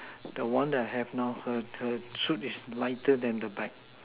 the one that I have not heard heard the suit is lighter than the bag